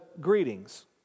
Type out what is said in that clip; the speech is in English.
greetings